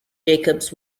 jacobs